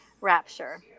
Rapture